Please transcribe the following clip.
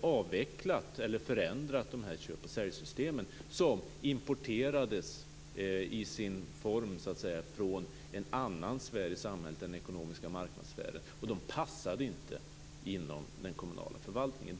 avvecklat eller förändrat dessa köp-och-säljsystem som importerades i sin form så att säga från en annan sfär i samhället, den ekonomiska marknadssfären. De passade inte inom den kommunala förvaltningen.